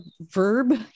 verb